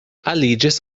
aliĝis